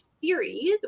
series